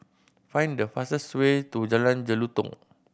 find the fastest way to Jalan Jelutong